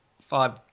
five